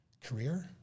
career